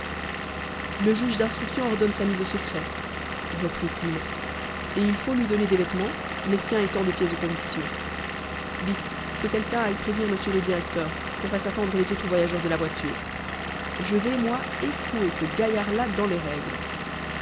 le juge d'instruction ordonne sa mise au secret reprit-il et il faut lui donner des vêtements les siens étant des pièces de conviction vite que quelqu'un aille prévenir monsieur le directeur qu'on fasse attendre les autres voyageurs de la voiture je vais moi écrouer ce gaillard-là dans les règles